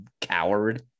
coward